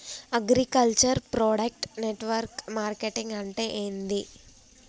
Agriculture product network marketing అంటే ఏంది?